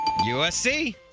USC